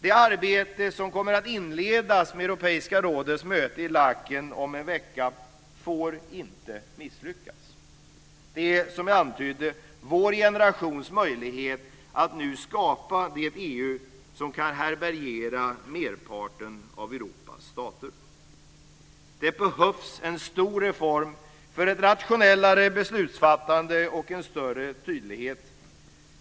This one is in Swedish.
Det arbete som kommer att inledas med Europeiska rådets möte i Laeken om en vecka får inte misslyckas. Det är, som jag antydde, vår generations möjlighet att nu skapa det EU som kan härbärgera merparten av Europas stater. Det behövs en stor reform för ett rationellare beslutsfattande och en större tydlighet.